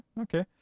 Okay